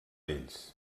ells